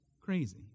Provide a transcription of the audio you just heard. crazy